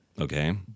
Okay